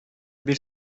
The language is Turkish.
bir